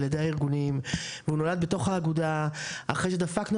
על ידי הארגונים והוא נולד בתוך האגודה אחרי שדפקנו